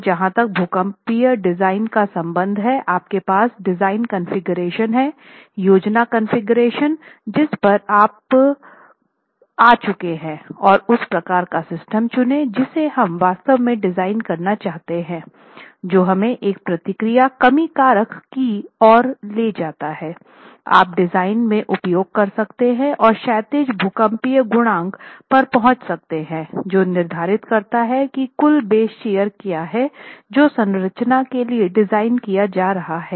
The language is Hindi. तो जहां तक भूकंपीय डिजाइन का संबंध है आपके पास डिज़ाइन कॉन्फ़िगरेशन हैं योजना कॉन्फ़िगरेशन जिस पर आप पर आ चुके हैं और उस प्रकार का सिस्टम चुनें जिसे हम वास्तव में डिजाइन करना चाहते हैं जो हमें एक प्रतिक्रिया कमी कारक की ओर ले जाता है आप डिजाइन में उपयोग कर सकते हैं और क्षैतिज भूकंपीय गुणांक पर पहुंच सकते हैं जो निर्धारित करता है कि कुल बेस शियर क्या है जो संरचना के लिए डिज़ाइन किया जा रहा है